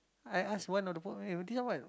I ask one of the boy eh this one what